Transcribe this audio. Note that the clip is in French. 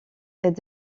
elle